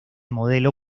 modelo